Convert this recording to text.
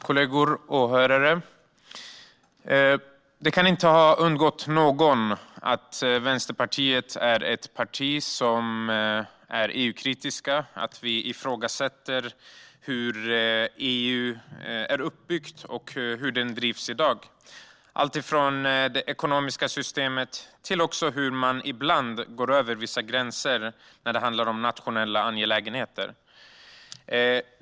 Herr talman! Kollegor! Åhörare! Det kan inte ha undgått någon att Vänsterpartiet är ett parti som är EU-kritiskt. Vi ifrågasätter hur EU är uppbyggt och hur EU drivs i dag. Det gäller alltifrån det ekonomiska systemet till hur man ibland går över vissa gränser när det handlar om nationella angelägenheter.